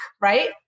right